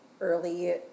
early